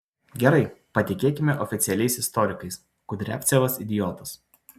gerai patikėkime oficialiais istorikais kudriavcevas idiotas